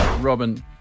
Robin